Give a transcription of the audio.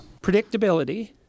Predictability